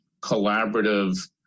collaborative